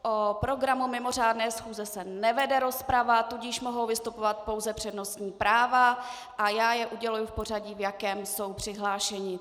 O programu mimořádné schůze se nevede rozprava, tudíž mohou vystupovat pouze přednostní práva a já je uděluji v pořadí, v jakém jsou přihlášeni.